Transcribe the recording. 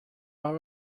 are